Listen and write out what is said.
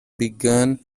began